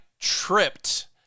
tripped